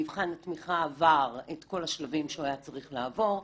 מבחן התמיכה עבר את כל השלבים שהיה צריך לעבור.